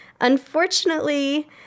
Unfortunately